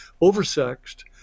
oversexed